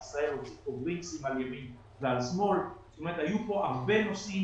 זאת אומרת, היו כאן הרבה נושאים